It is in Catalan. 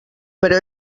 però